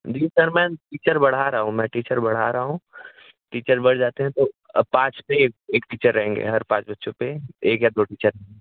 जी sir मैं teacher बढ़ा रहा हूँ मै टीचर बढ़ा रहा हूँ टीचर बढ़ जाते हैं तो अब पाँच पर एक एक टीचर रहेंगे हर पाँच बच्चों पर एक या दो टीचर रहेंगे